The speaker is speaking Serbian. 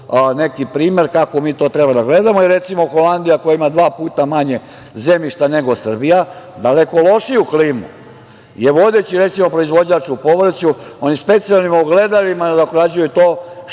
neki primer kako mi to treba da gledamo. Recimo, Holandija koja ima dva puta manje zemljišta nego Srbija, daleko lošiju klimu, je vodeći, recimo, proizvođač u povrću. Oni specijalnim ogledalima nadoknađuju to što